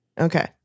Okay